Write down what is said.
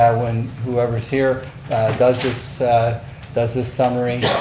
when whoever's here does this does this summary,